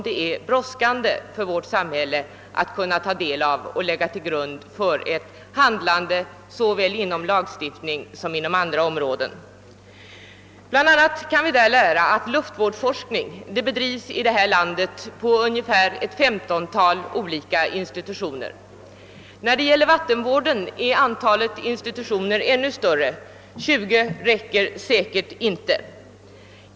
Det är brådskande för oss att få ta del av sådana resultat och lägga dem till grund för ett handlande såväl inom lagstiftningen som inom andra områden. Bl.a. kan vi av utredningen erfara att luftvårdsforskningen i vårt land bedrives vid ett 15-tal olika institutioner. När det gäller vattenvården är antalet institutioner ännu större — 20 räcker säkert inte.